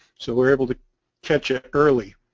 so we're able to catch it early